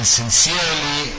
sincerely